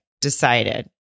decided